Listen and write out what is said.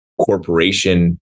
corporation